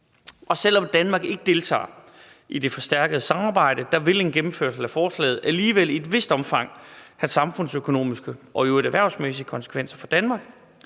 Selv om Danmark ikke deltager i det forstærkede samarbejde, vil en gennemførelse af forslaget alligevel i et vist omfang have samfundsøkonomiske og i øvrigt erhvervsmæssige konsekvenser for Danmark.